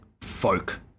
folk